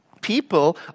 People